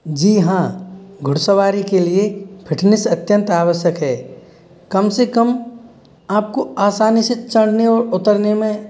जी हाँ घुड़सवारी के लिए फिटनेस अत्यंत आवश्यक है कम से कम आपको आसानी से चढ़ने और उतरने में